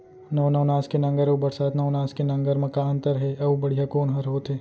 नौ नवनास के नांगर अऊ बरसात नवनास के नांगर मा का अन्तर हे अऊ बढ़िया कोन हर होथे?